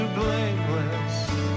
blameless